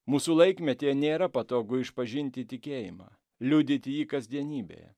mūsų laikmetyje nėra patogu išpažinti tikėjimą liudyti jį kasdienybėje